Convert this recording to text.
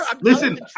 Listen